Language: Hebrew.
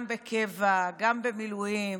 גם בקבע, גם במילואים.